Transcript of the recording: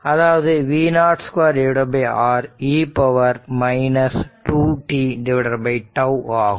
அதாவது v0 2R e 2 tτ ஆகும்